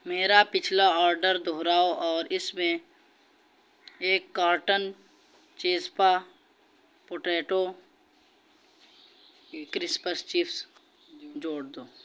میرا پچھلا آرڈر دوہراؤ اور اس میں ایک کارٹن چیزپا پوٹیٹو کرسپس چپس جوڑ دو